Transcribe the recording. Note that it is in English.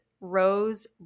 Rose